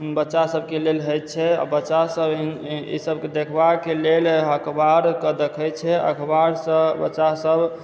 बच्चा सबकेँ लेल होइ छै आ बच्चासब ई सबके देखबाके लेल अखबारके देखै छै अखबारसँ बच्चासब